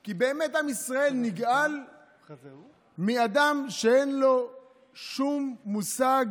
כי באמת עם ישראל נגאל מאדם שאין לו שום מושג